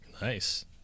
Nice